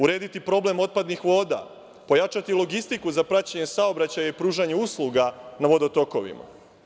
Urediti problem otpadnih voda, pojačati logistiku za praćenje saobraćaja, za pružanje usluga na vodotokovima.